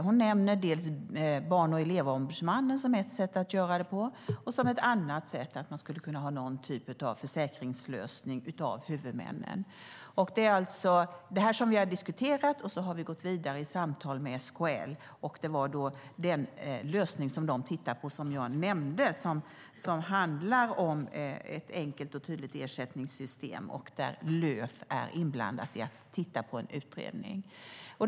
Hon nämner dels barn och elevombudsmannen som ett sätt att göra det på, dels att man skulle kunna ha någon typ av försäkringslösning vad gäller huvudmännen. Det har vi diskuterat, och sedan har vi gått vidare i samtal med SKL. Det är den lösningen de har tittat på. Det handlar om ett enkelt och tydligt ersättningssystem där Löf är inblandat i utredningen.